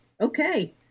okay